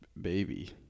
baby